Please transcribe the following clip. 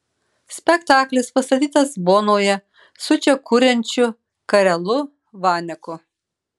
spektaklis pastatytas bonoje su čia kuriančiu karelu vaneku